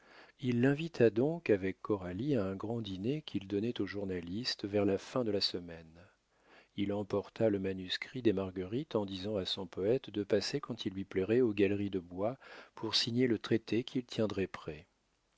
il l'invita donc avec coralie à un grand dîner qu'il donnait aux journalistes vers la fin de la semaine il emporta le manuscrit des marguerites en disant à son poète de passer quand il lui plairait aux galeries de bois pour signer le traité qu'il tiendrait prêt